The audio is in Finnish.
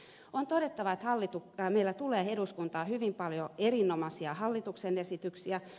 on todettava että meillä tulee eduskuntaan hyvin paljon erinomaisia hallituksen esityksiä